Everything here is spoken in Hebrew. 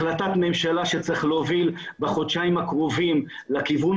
החלטת ממשלה שצריך להוביל בחודשיים הקרובים לכיוון